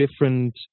different